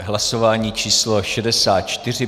Hlasování číslo 64.